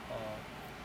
err